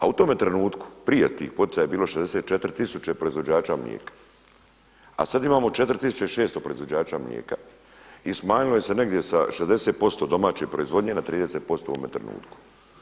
A u tome trenutku prije tih poticaja je bilo 64000 proizvođača mlijeka, a sad imamo 4600 proizvođača mlijeka i smanjilo se negdje sa 60% domaće proizvodnje na 30% u ovome trenutku.